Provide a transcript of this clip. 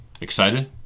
Excited